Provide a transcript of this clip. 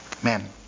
Amen